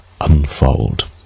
unfold